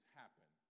happen